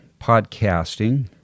podcasting